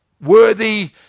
worthy